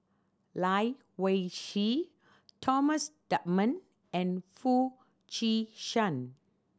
Lai Weijie Thomas Dunman and Foo Chee San